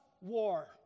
war